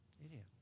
Idiot